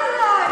הוא נטפל אלי.